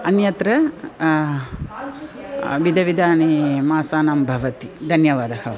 अन्यत्र विधविधानि मासानां भवति धन्यवादः